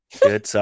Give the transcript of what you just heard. Good